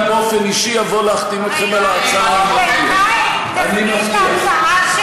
ואתה תראה שאנחנו נצביע בעד,